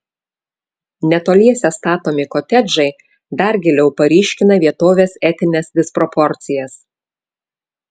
netoliese statomi kotedžai dar giliau paryškina vietovės etines disproporcijas